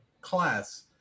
class